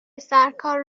سرکار